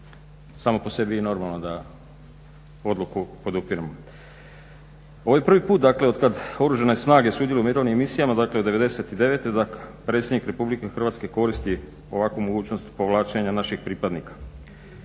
samo po sebi je i normalno da odluku podupiremo. Ovo je prvi put, dakle od kad Oružane snage sudjeluju u mirovnim misijama, dakle od devedeset i devete, da predsjednik Republike Hrvatske koristi ovakvu mogućnost povlačenja naših pripadnika.